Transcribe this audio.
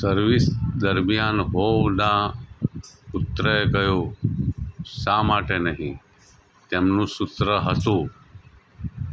service દરમિયાન હોઉના પુત્રએ કહ્યું શા માટે નહીં તેમનું સૂત્ર હતું